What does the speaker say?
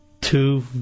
two